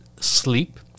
sleep